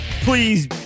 please